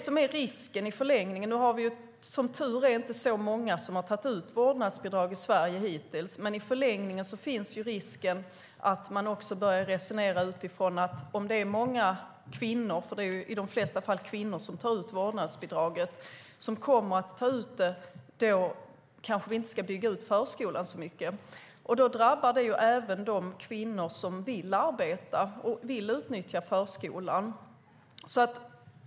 Som tur är har vi inte så många som har tagit ut vårdnadsbidraget i Sverige hittills, men i förlängningen är risken att man börjar resonera som så att om det är många kvinnor - i de flesta fall är det kvinnor som tar ut vårdnadsbidraget - som tar ut det ska vi kanske inte bygga ut förskolan så mycket. Då drabbar det även de kvinnor som vill arbeta och utnyttja förskolan.